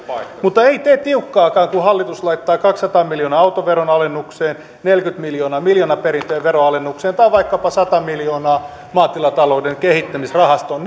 mutta ei tee tiukkaakaan kun hallitus laittaa kaksisataa miljoonaa autoveron alennukseen neljäkymmentä miljoonaa miljoonaperintöjen veronalennukseen tai vaikkapa sata miljoonaa maatilatalouden kehittämisrahastoon